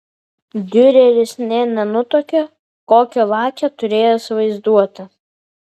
diureris nė nenutuokė kokią lakią turėjęs vaizduotę